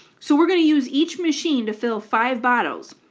so we're going to use each machine to fill five bottles,